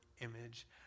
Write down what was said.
image